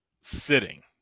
sitting